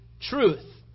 truth